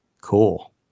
Cool